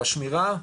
בשמירה,